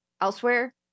elsewhere